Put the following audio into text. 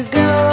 go